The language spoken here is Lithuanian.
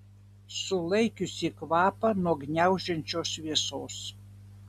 sulaikiusi kvapą nuo gniaužiančios vėsos